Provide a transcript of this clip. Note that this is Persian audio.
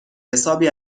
حسابی